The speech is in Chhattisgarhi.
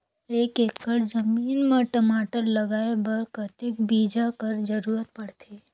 एक एकड़ जमीन म टमाटर लगाय बर कतेक बीजा कर जरूरत पड़थे?